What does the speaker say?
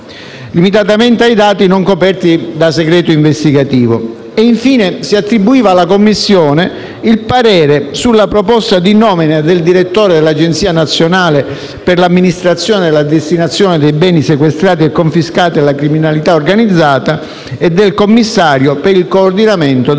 limitatamente ai dati non coperti da segreto investigativo. Infine, si attribuiva alla Commissione il parere sulla proposta di nomina del direttore dell'Agenzia nazionale per l'amministrazione della destinazione dei beni sequestrati e confiscati alla criminalità organizzata e del commissario per il coordinamento delle